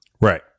Right